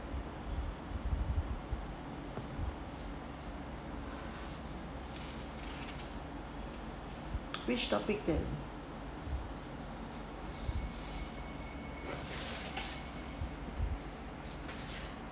which topic that